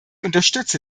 unterstütze